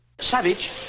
Savage